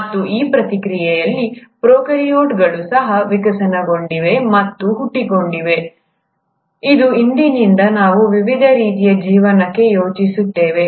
ಮತ್ತು ಈ ಪ್ರಕ್ರಿಯೆಯಲ್ಲಿ ಪ್ರೊಕಾರ್ಯೋಟ್ಗಳು ಸಹ ವಿಕಸನಗೊಂಡಿವೆ ಮತ್ತು ಹುಟ್ಟಿಕೊಂಡಿವೆ ಇದು ಇಂದಿನಿಂದ ನಾವು ವಿವಿಧ ರೀತಿಯ ಜೀವನಕ್ಕೆ ಯೋಚಿಸುತ್ತೇವೆ